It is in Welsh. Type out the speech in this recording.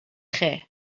chi